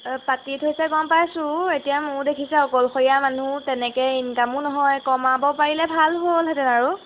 পাতি থৈছে গম পাইছোঁ এতিয়া মোৰ দেখিছে অকলশৰীয়া মানুহ তেনেকৈ ইনকামো নহয় কমাব পাৰিলে ভাল হ'লহেঁতেন আৰু